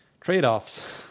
trade-offs